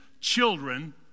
children